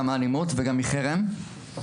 גם מאלימות וגם מחרם.